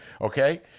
okay